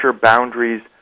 boundaries